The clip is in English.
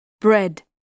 bread